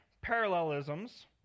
parallelisms